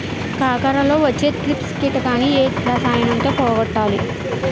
కాకరలో వచ్చే ట్రిప్స్ కిటకని ఏ రసాయనంతో పోగొట్టాలి?